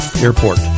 Airport